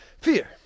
fear